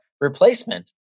replacement